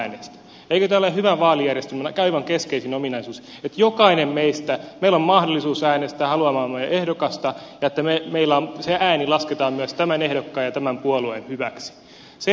eikö tämä ole hyvän vaalijärjestelmän aivan keskeisin ominaisuus että jokaisella meistä on mahdollisuus äänestää haluamaamme ehdokasta ja että se ääni lasketaan myös tämän ehdokkaan ja tämän puolueen hyväksi